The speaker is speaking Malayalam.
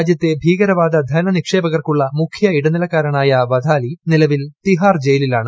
രാജ്യത്തെ ഭീകരവാദ ധന നിക്ഷേപകർക്കുളള മുഖ്യ ഇടനിലക്കാരാനയ വതാലി നിലവിൽ തിഹാർ ജയിലിലാണ്